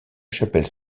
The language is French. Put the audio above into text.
chapelle